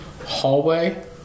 hallway